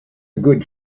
good